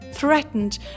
Threatened